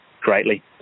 greatly